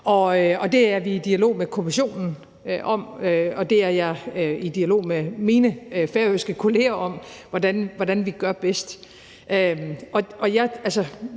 Det er vi i dialog med Kommissionen om, og det er jeg i dialog med mine færøske kolleger om hvordan vi gør bedst.